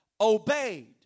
obeyed